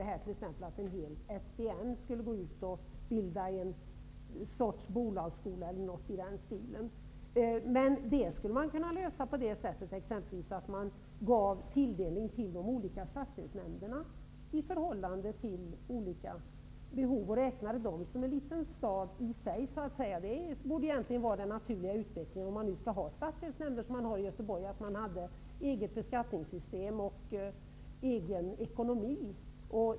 Jag är inte för att en hel SDN skulle gå ut bilda en sorts bolagsskola eller något i den stilen. Detta skulle kunna lösas exempelvis genom att man gav tilldelning till de olika stadsdelsnämnderna i förhållande till olika behov och genom att man räknade dem som små städer i sig. Om man nu skall ha stadsdelsnämnder som i Göteborg borde den naturliga utvecklingen egentligen vara att varje stadsdelsnämnd hade sitt eget beskattningssystem och sin egen ekonomi.